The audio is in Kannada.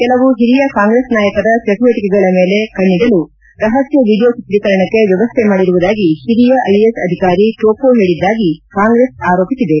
ಕೆಲವು ಹಿರಿಯ ಕಾಂಗ್ರೆಸ್ ನಾಯಕರ ಚಟುವಟಿಕೆಗಳ ಮೇಲೆ ಕಣ್ಣಿಡಲು ರಹಸ್ಲ ವಿಡಿಯೋ ಚಿತ್ರೀಕರಣಕ್ಕೆ ವ್ವವಸ್ಥೆ ಮಾಡಿರುವುದಾಗಿ ಹಿರಿಯ ಐಎಎಸ್ ಅಧಿಕಾರಿ ಟೊಪ್ಪೊ ಹೇಳಿದ್ದಾಗಿ ಕಾಂಗ್ರೆಸ್ ಆರೋಪಿಸಿದೆ